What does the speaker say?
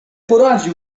poradził